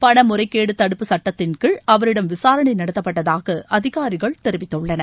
பண முறைகேடு தடுப்பு சுட்டத்தின்கீழ் அவரிடம் விசாரணை நடத்தப்பட்டதாக அதிகாரிகள் தெரிவித்துள்ளனர்